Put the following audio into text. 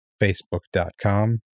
Facebook.com